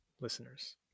listeners